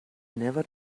never